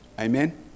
Amen